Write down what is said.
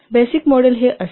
basic model हे असे आहे